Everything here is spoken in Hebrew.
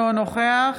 אינו נוכח